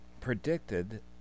predicted